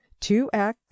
2x